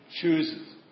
chooses